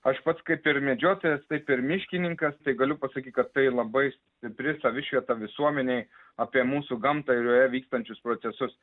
aš pats kaip ir medžiotojas taip ir miškininkas tai galiu pasakyt kad tai labai stipri savišvieta visuomenei apie mūsų gamtą ir joje vykstančius procesus